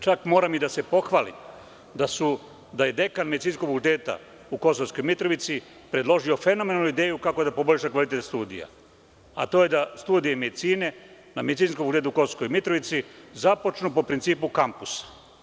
Čak moram i da se pohvalim da je dekan Medicinskog fakulteta u Kosovskoj Mitrovici predložio fenomenalnu ideju kako da poboljša kvalitet studija, a to je da studije medicine na Medicinskom fakultetu u Kosovskoj Mitrovici započnu po principu kampusa.